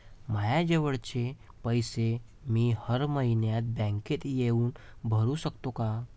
मायाजवळचे पैसे मी हर मइन्यात बँकेत येऊन भरू सकतो का?